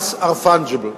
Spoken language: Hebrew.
funds are fungible,